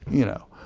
you know?